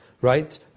right